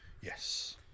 Yes